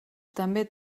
també